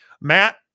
Matt